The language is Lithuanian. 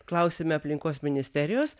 klausiame aplinkos ministerijos